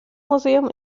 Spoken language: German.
museum